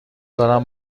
دارم